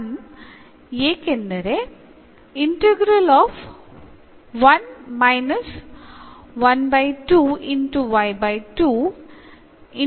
ನಾವು ಇಲ್ಲಿ ಪಡೆದದ್ದು ಇದೇ